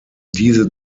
diese